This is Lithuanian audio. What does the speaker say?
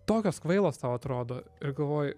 tokios kvailos tau atrodo ir galvoji